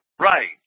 Right